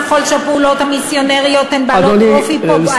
ככל שהפעולות המסיונריות הן בעלות אופי פוגעני,